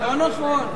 לא נכון.